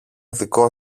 δικό